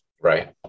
Right